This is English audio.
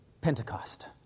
Pentecost